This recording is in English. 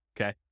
Okay